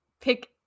pick